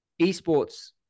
esports